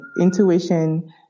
intuition